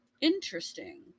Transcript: Interesting